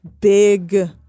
big